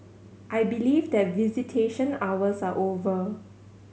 I believe that visitation hours are over